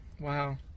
Wow